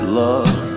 love